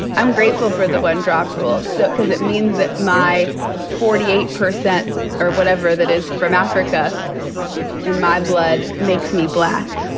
i'm grateful for the one-drop rule so cause it means that my forty eight percent or whatever it is from africa in my blood makes me black.